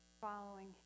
following